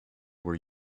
were